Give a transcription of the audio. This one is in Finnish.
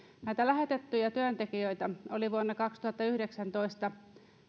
näitä lähetettyjä työntekijöitä oli suomessa vuonna kaksituhattayhdeksäntoista